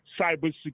cybersecurity